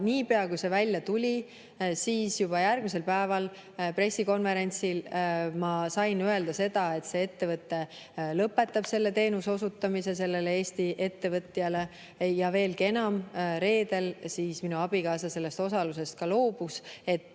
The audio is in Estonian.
Niipea kui see välja tuli, siis juba järgmisel päeval pressikonverentsil ma sain öelda seda, et see ettevõte lõpetab selle teenuse osutamise sellele Eesti ettevõtjale. Veelgi enam, reedel minu abikaasa sellest osalusest ka loobus,